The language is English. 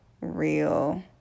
real